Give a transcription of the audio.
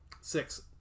Six